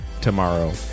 tomorrow